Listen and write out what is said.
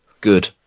Good